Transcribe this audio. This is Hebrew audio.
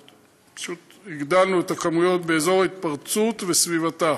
פשוט הגדלנו את הכמויות באזור ההתפרצות וסביבתה.